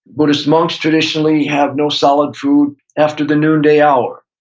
buddhist monks traditionally have no solid food after the noonday hour.